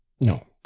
no